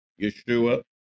Yeshua